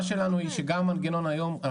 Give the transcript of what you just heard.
שלנו היא שאנחנו חיים לכאורה בלי המנגנון היום.